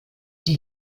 die